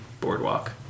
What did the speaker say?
Boardwalk